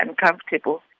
uncomfortable